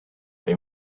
they